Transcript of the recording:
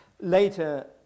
Later